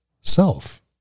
self